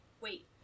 wait